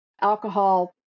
alcohol